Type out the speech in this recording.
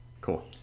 Cool